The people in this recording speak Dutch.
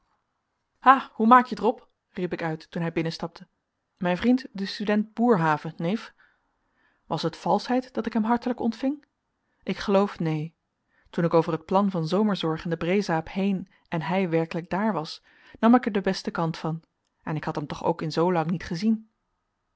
hoe maakje t rob riep ik uit toen hij binnenstapte mijn vriend de student boerhave neef was het valschheid dat ik hem hartelijk ontving ik geloof neen toen ik over het plan van zomerzorg en de breezaap heen en hij werkelijk daar was nam ik er den besten kant van en ik had hem toch ook in zoo lang niet gezien